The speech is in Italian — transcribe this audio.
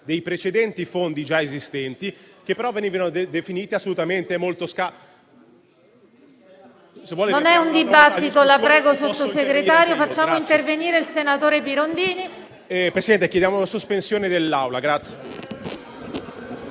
dei precedenti fondi già esistenti, che però venivano definiti assolutamente molto scarsi.